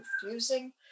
confusing